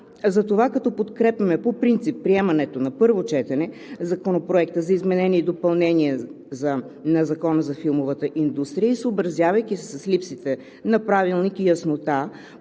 Затова, като подкрепяме по принцип приемането на първо четене на Законопроекта за изменение и допълнение на Закона за филмовата индустрия и съобразявайки се с липсата на правилник и яснота